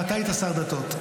ואתה היית שר דתות.